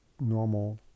normal